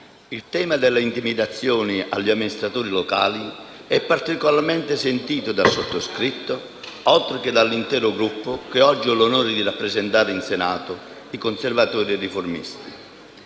il tema delle intimidazioni agli amministratori locali è particolarmente sentito dal sottoscritto oltre che dall'intero Gruppo che oggi ho l'onore di rappresentare in Senato, i Conservatori e Riformisti.